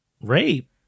rape